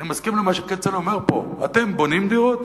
אני מסכים למה שכצל'ה אומר פה: אתם בונים דירות?